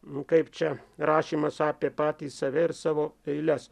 nu kaip čia rašymas apie patį save ir savo eiles